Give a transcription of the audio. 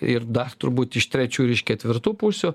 ir dar turbūt iš trečių ir iš ketvirtų pusių